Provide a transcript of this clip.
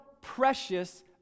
precious